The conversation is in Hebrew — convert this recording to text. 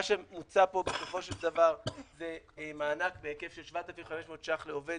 מה שמוצע פה בסופו של דבר זה מענק בהיקף של 7,500 שקלים לעובד